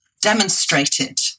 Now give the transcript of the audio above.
demonstrated